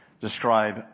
describe